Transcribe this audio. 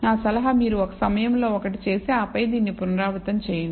నా సలహా మీరు ఒక సమయంలో ఒకటి చేసి ఆపై దీన్ని పునరావృతం చేయండి